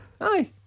Aye